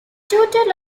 total